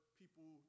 people